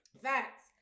facts